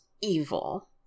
evil